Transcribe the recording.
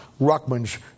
Ruckman's